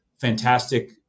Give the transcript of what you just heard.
fantastic